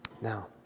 Now